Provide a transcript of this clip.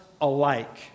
alike